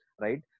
Right